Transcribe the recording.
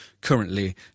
Currently